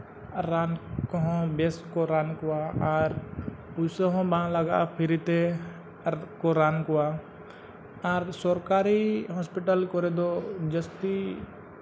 ᱟᱨ ᱨᱟᱱ ᱠᱚᱦᱚᱸ ᱵᱮᱥ ᱜᱮᱠᱚ ᱨᱟᱱ ᱠᱚᱣᱟ ᱟᱨ ᱯᱩᱭᱥᱟᱹ ᱦᱚᱸ ᱵᱟᱝ ᱞᱟᱜᱟᱜᱼᱟ ᱯᱷᱨᱤᱛᱮ ᱟᱨ ᱠᱚ ᱨᱟᱱ ᱠᱚᱣᱟ ᱟᱨ ᱥᱚᱨᱠᱟᱨᱤ ᱦᱚᱥᱯᱤᱴᱟᱞ ᱠᱚᱨᱮ ᱫᱚ ᱡᱟᱹᱥᱛᱤ